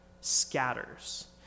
scatters